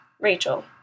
Rachel